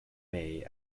may